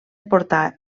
portar